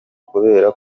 kubera